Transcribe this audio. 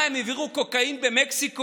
מה, הם העבירו קוקאין ממקסיקו?